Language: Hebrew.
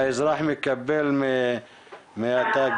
שהאזרח מקבל מהתאגידים.